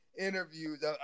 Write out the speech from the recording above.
interviews